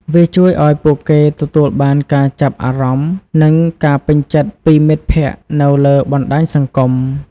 វាជួយឱ្យពួកគេទទួលបានការចាប់អារម្មណ៍និងការពេញចិត្តពីមិត្តភក្តិនៅលើបណ្ដាញសង្គម។